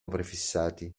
prefissati